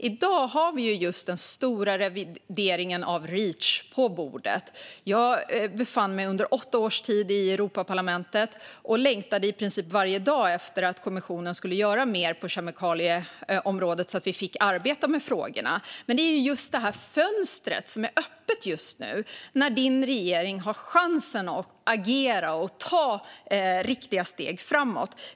I dag har vi den stora revideringen av Reach på bordet. Jag befann mig under åtta års tid i Europaparlamentet och längtade i princip varje dag efter att kommissionen skulle göra mer på kemikalieområdet så att vi fick arbeta med frågorna. Det är det fönstret som är öppet just nu. Din regering har chansen att agera och ta riktiga steg framåt.